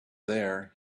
there